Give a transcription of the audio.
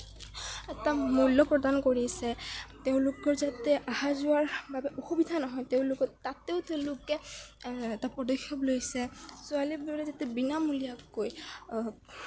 এটা মূল্য প্ৰদান কৰিছে তেওঁলোকৰ যাতে অহা যোৱাৰ বাবে অসুবিধা নহয় তেওঁলোকে তাতেও তেওঁলোকে এটা পদক্ষেপ লৈছে ছোৱালীবোৰে যাতে বিনামূলীয়াকৈ